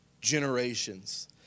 generations